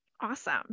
awesome